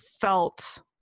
felt